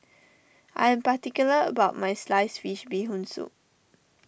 I am particular about my Sliced Fish Bee Hoon Soup